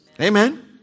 Amen